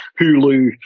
Hulu